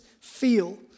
feel